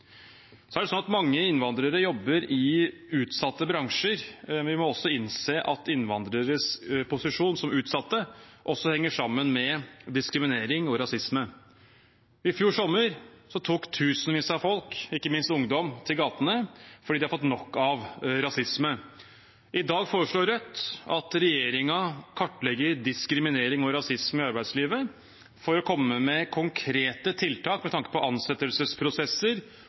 Mange innvandrere jobber i utsatte bransjer, men vi må innse at innvandreres posisjon som utsatte også henger sammen med diskriminering og rasisme. I fjor sommer tok tusenvis av folk, ikke minst ungdom, til gatene fordi de har fått nok av rasisme. I dag foreslår Rødt at regjeringen kartlegger diskriminering og rasisme i arbeidslivet for å komme med konkrete tiltak med tanke på ansettelsesprosesser